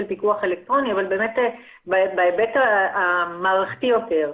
פיקוח אלקטרוני אבל בהיבט המערכתי יותר.